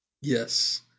Yes